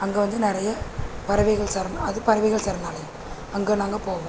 அங்கே வந்து நிறைய பறவைகள் சரண் அது பறவைகள் சரணாலயம் அங்கே நாங்கள் போவோம்